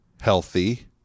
healthy